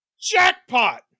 jackpot